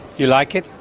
you like it?